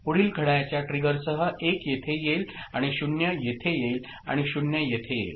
पुढील घड्याळाच्या ट्रिगरसह 1 येथे येईल आणि 0 येथे येईल आणि 0 येथे येईल